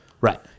Right